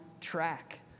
track